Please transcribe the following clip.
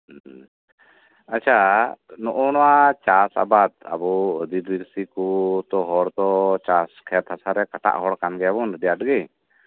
ᱟᱪᱪᱷᱟ ᱱᱚᱜ ᱱᱚᱶᱟ ᱪᱟᱥ ᱟᱵᱟᱫ ᱟᱵᱚ ᱟᱸᱰᱤ ᱰᱷᱮᱨ ᱜᱮᱠᱚ ᱦᱚᱲ ᱫᱚ ᱦᱚᱯᱚᱱ ᱛᱚ ᱠᱷᱮᱛ ᱦᱟᱥᱟᱨᱮ ᱠᱷᱟᱴᱟᱜ ᱦᱚᱲ ᱠᱟᱱ ᱜᱮᱭᱟᱵᱚᱱ ᱟᱹᱰᱤ ᱟᱸᱴ ᱜᱮ